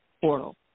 portal